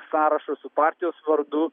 sąrašą su partijos vardu